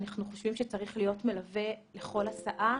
אנחנו חושבים שצריך להיות מלווה לכל הסעה